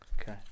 Okay